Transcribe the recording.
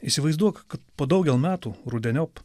įsivaizduok po daugel metų rudeniop